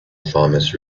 thomas